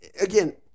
again